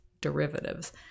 derivatives